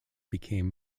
became